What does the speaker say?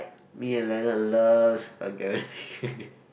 me and Leonard loves vulgarities